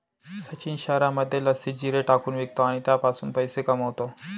सचिन शहरामध्ये लस्सीत जिरे टाकून विकतो आणि त्याच्यापासून पैसे कमावतो